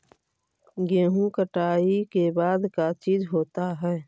गेहूं कटाई के बाद का चीज होता है?